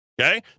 Okay